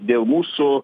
dėl mūsų